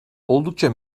oldukça